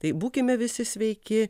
tai būkime visi sveiki